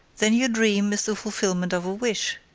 then your dream is the fulfillment of a wish.